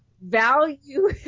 Value